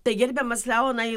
tai gerbiamas leonai